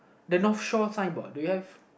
the North Shore sign board do you have